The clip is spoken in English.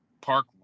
park